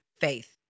faith